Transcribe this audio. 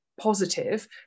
positive